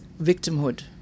victimhood